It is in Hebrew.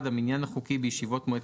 במקום "מנהל הרשות הממשלתית"